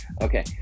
Okay